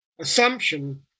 assumption